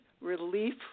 relief